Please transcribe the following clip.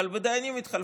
אבל בדיינים התחלפו.